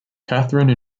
katharine